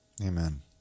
Amen